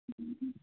হ্যাঁ